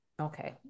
Okay